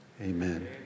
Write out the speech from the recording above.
amen